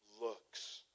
looks